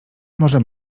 może